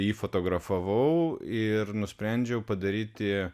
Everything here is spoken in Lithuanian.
jį fotografavau ir nusprendžiau padaryti